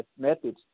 methods